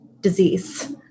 disease